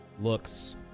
looks